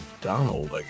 Donald